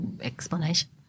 explanation